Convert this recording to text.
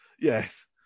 Yes